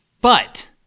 But-